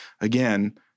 again